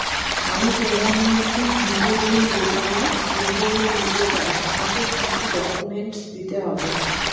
আমি প্রধানমন্ত্রী গৃহ ঋণ যোজনায় গৃহ ঋণ নিতে চাই আমাকে কি কি ডকুমেন্টস দিতে হবে?